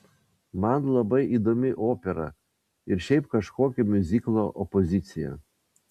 man labai įdomi opera ir šiaip kažkokia miuziklo opozicija